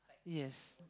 yes